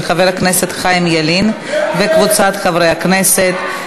של חבר הכנסת חיים ילין וקבוצת חברי הכנסת.